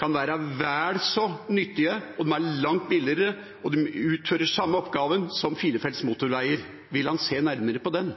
kan være vel så nyttige, er langt billigere og utfører samme oppgaven som firefelts motorveier. Vil han se nærmere på den?